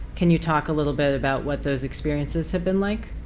can you talk a little bit about what those experiences have been like?